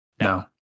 No